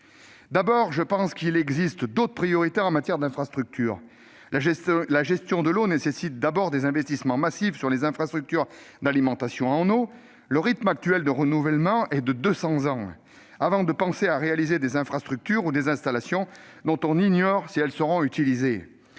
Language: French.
d'abord, je considère qu'il existe d'autres priorités en matière d'infrastructures. La gestion de l'eau nécessite, en effet, des investissements massifs dans les infrastructures d'alimentation en eau, car leur rythme actuel de renouvellement est de deux cents ans ! Avant de réaliser des infrastructures ou des installations dont on ignore si elles seront utilisées,